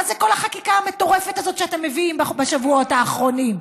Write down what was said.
מה זה כל החקיקה המטורפת הזאת שאתם מביאים בשבועות האחרונים?